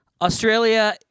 Australia